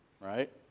Right